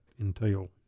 entail